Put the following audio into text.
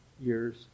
years